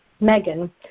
Megan